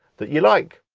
that you like.